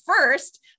first